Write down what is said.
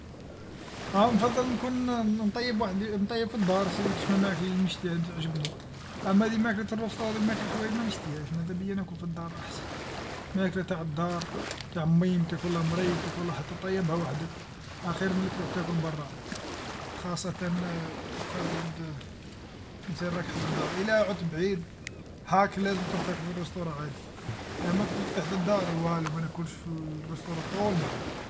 آنفضل نكون-ن نطيب واحدي نطيب فالدار كاش من ماكله نشتيها تعجبني أما ذي ماكلة ريسطورو هاذي ماكلة الحوايج ما نشتبهاش ما ذابيا ناكل فالدار أحسن ماكله تاع الدار تاع ميمتك ولا مريتك ولا حتى طيبها وحدك آخير ملي تروح تاكل برا خاصة وكان تعود مثال راك حدا الدار إلى عدت بعيد هاك لازم تروح تاكل ريسطورو عادي أما إذا كنت حدا الدار والو ما ناكلش في الريسطورو طول بعد.